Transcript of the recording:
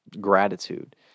gratitude